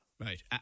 Right